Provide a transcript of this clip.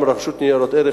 גם לרשות ניירות ערך,